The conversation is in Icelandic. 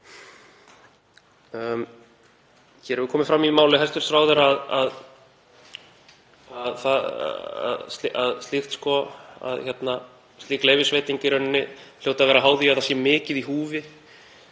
Hér hefur komið fram í máli hæstv. ráðherra að slík leyfisveiting hljóti að vera háð því að það sé mikið í húfi.